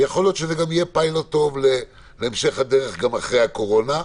ויכול להיות שזה יהיה פיילוט טוב להמשך הדרך גם אחרי הקורונה.